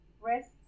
rest